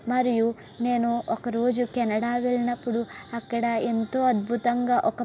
మరియు నేను ఒక రోజు కెనడా వెళ్ళినప్పుడు అక్కడ ఎంతో అద్భుతంగా ఒక